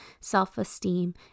self-esteem